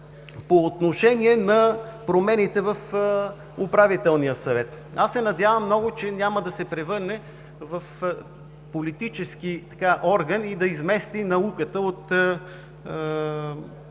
по отношение на промените в Управителния съвет. Аз се надявам много, че няма да се превърне в политически орган и да измести науката от